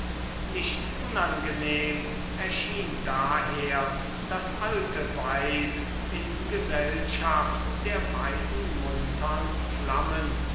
nicht unangenehm erschien daher das alte weib in gesellschaft der beiden muntern flammen